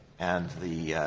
and the